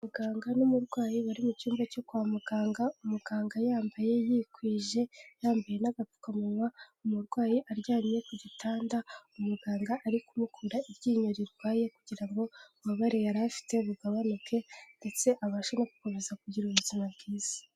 Muganga n'umurwayi bari mu cyumba cyo kwa muganga, umuganga yambaye yikwije yambaye n'agapfukamunwa umurwayi aryamye ku gitanda umuganga ari kumukura iryinyo rirwaye kugira ngo ububabare yari afite bugabanuke ndetse abashe no gukomeza kugira ubuzima bwiza.